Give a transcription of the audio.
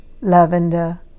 lavender